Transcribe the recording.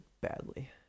badly